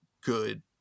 good